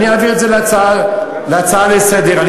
אעביר את זה להצעה לסדר-היום.